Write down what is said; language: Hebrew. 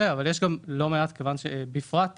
הרבה פעמים